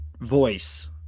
voice